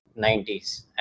90s